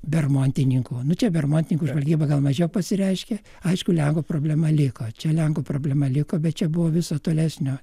bermontininkų nu čia bermontininkų žvalgyba gal mažiau pasireiškia aišku lenkų problema liko čia lenkų problema liko bet čia buvo viso tolesnio